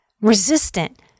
resistant